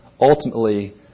ultimately